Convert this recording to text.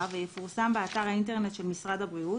ויפורסם באתר האינטרנט של משרד הבריאות,